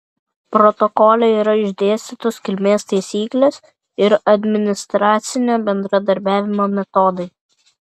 protokole yra išdėstytos kilmės taisyklės ir administracinio bendradarbiavimo metodai